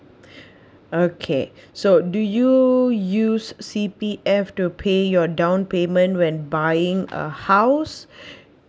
okay so do you use C_P_F to pay your down payment when buying a house